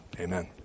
Amen